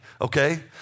Okay